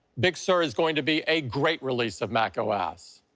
big sur is going to be a great release of macos.